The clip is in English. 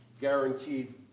Guaranteed